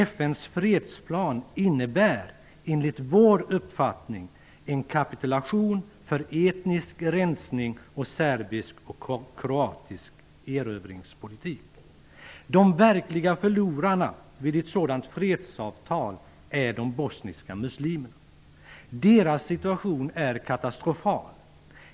FN:s fredsplan innebär i praktiken, enligt vår uppfattning, en kapitulation inför etnisk rensning och serbisk och kroatisk erövringspolitik. De verkliga förlorarna vid ett sådant fredsavtal är de bosniska muslimerna. Deras situation är katastrofal.